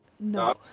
No